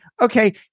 Okay